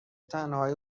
تنهایی